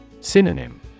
Synonym